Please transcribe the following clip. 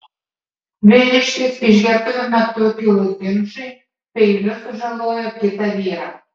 vyriškis išgertuvių metu kilus ginčui peiliu sužalojo kitą vyrą